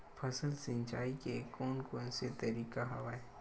फसल सिंचाई के कोन कोन से तरीका हवय?